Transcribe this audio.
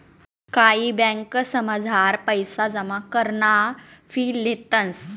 कायी ब्यांकसमझार पैसा जमा कराना फी लेतंस